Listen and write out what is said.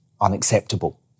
unacceptable